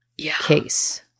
case